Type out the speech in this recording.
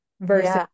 versus